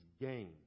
gain